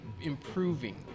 improving